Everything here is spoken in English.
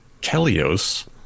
Kelios